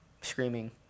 screaming